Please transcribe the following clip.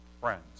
friends